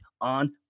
on